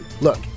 Look